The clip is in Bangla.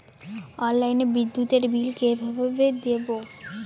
অনলাইনে বিদ্যুতের বিল কিভাবে দেব?